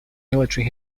military